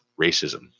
racism